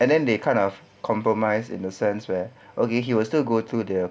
and then they kind of compromise in the sense where okay he will still go to the